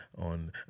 on